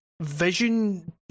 vision